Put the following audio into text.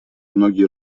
многие